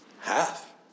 Half